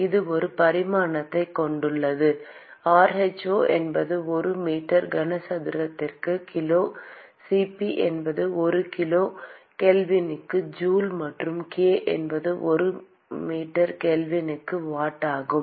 இது ஒரு பரிமாணத்தைக் கொண்டுள்ளது rho என்பது ஒரு மீட்டர் கனசதுரத்திற்கு கிலோ Cp என்பது ஒரு கிலோ கெல்வினுக்கு ஜூல் மற்றும் k என்பது ஒரு மீட்டர் கெல்வினுக்கு வாட் ஆகும்